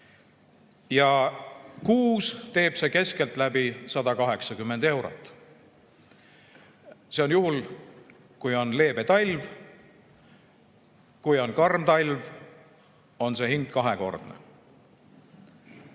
Kuus teeb see keskeltläbi 180 eurot. See on juhul, kui on leebe talv. Kui on karm talv, on see hind kahekordne.